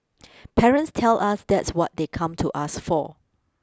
parents tell us that's what they come to us for